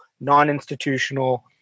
non-institutional